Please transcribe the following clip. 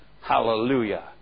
Hallelujah